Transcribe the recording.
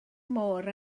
môr